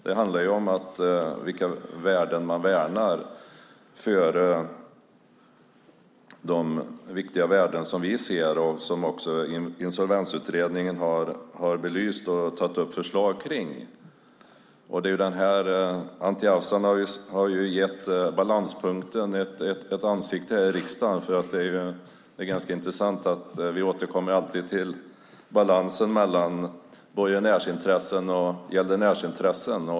Det handlar om vilka värden som värnas, om de viktiga värden som vi ser och som Insolvensutredningen har belyst och lagt fram förslag om. Anti Avsan har här i riksdagen gett balanspunkten ett ansikte. Det är ganska intressant att vi alltid återkommer till balansen mellan borgenärsintressen och gäldenärsintressen.